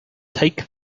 take